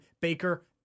Baker